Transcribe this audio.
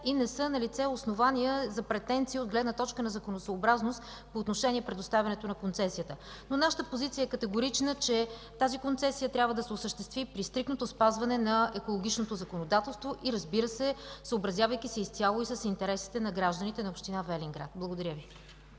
и не са налице основания за претенции от гледна точка на законосъобразност по отношение предоставянето на концесията. Нашата позиция обаче е категорична, че тази концесия трябва да се осъществи при стриктното спазване на екологичното законодателство и, разбира се, съобразявайки се изцяло и с интересите на гражданите на община Велинград. Благодаря.